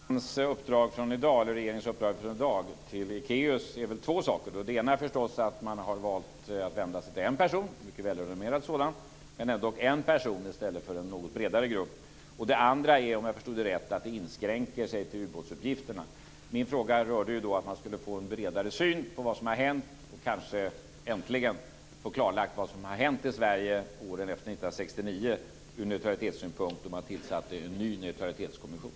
Herr talman! Om jag förstått försvarsministern rätt avviker regeringens uppdrag i dag till Ekéus från de tidigare på två punkter. För det första har man valt att vända sig till en mycket välrenommerad person, men dock endast en enda person i stället för en något bredare grupp. För det andra inskränker sig uppdraget om jag förstod rätt till ubåtsuppgifterna. Min fråga gick ut på att man skulle få en bredare genomlysning av vad som har hänt och kanske äntligen få klarlagt vad som ur neutralitetssynpunkt har hänt i Sverige efter 1969, då man tillsatte en ny neutralitetskommission.